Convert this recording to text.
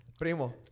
Primo